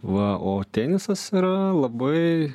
va o tenisas yra labai